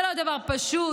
זה לא דבר פשוט,